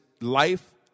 life